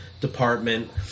department